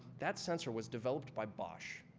that sensor was developed by bosch.